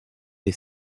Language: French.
est